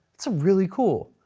that's really cool.